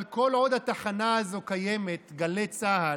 אבל כל עוד התחנה הזאת קיימת, גלי צה"ל,